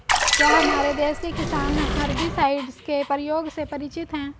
क्या हमारे देश के किसान हर्बिसाइड्स के प्रयोग से परिचित हैं?